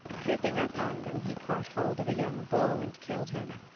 creeping up on them, he caught hold of a young bull and killed him.